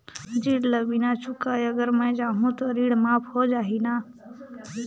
ऋण ला बिना चुकाय अगर मै जाहूं तो ऋण माफ हो जाही न?